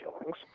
killings